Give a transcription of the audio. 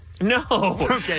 No